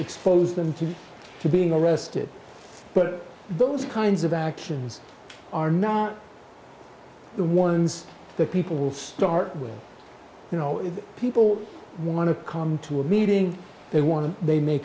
might expose them to being arrested but those kinds of actions are not the ones that people will start with you know if people want to come to a meeting they want to they may